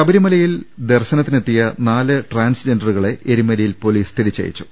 ശബരിമല ദർശനത്തിനെത്തിയ നാല് ട്രാൻസ്ജെൻഡറുകളെ എരുമേലിയിൽ പൊലിസ് തിരിച്ചയച്ചു